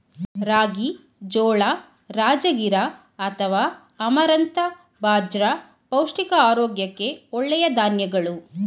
ರಾಗಿ, ಜೋಳ, ರಾಜಗಿರಾ ಅಥವಾ ಅಮರಂಥ ಬಾಜ್ರ ಪೌಷ್ಟಿಕ ಆರೋಗ್ಯಕ್ಕೆ ಒಳ್ಳೆಯ ಧಾನ್ಯಗಳು